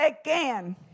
again